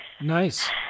Nice